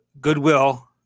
goodwill